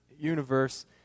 universe